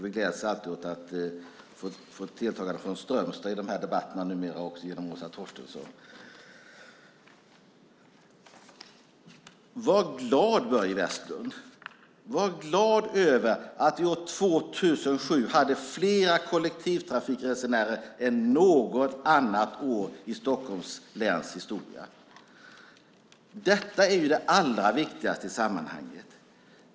Vi gläds alltid åt att få ett deltagande från Strömstad i de här debatterna, numera också genom Åsa Torstensson. Var glad, Börje Vestlund, över att vi år 2007 hade fler kollektivtrafikresenärer än något annat år i Stockholms läns historia! Detta är ju det allra viktigaste i sammanhanget.